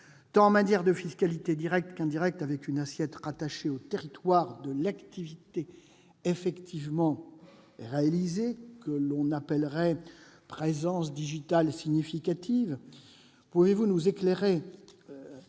en matière de fiscalité directe comme indirecte, avec une assiette rattachée au territoire de l'activité effectivement réalisée, que l'on appellerait « présence digitale significative ». Pouvez-vous éclairer